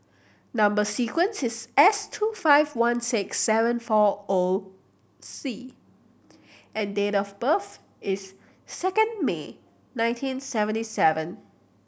number sequence is S two five one six seven four O C and date of birth is second May nineteen seventy seven